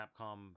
Capcom